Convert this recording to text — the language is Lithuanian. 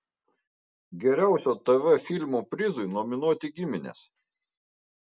geriausio tv filmo prizui nominuoti giminės